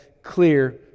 clear